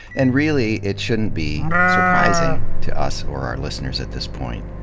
and really, it shouldn't be surprising to us or our listeners at this point,